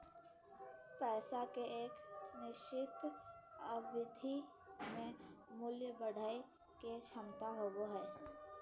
पैसा के एक निश्चित अवधि में मूल्य बढ़य के क्षमता होबो हइ